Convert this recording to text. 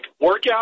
workout